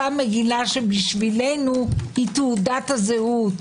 אותה מגילה שבשבילנו היא תעודת הזהות,